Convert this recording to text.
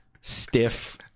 stiff